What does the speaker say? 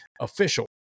official